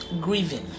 grieving